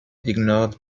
ignored